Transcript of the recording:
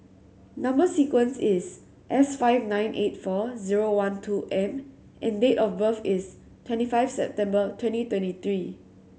number sequence is S five nine eight four zero one two M and date of birth is twenty five September twenty twenty three